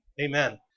amen